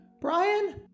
Brian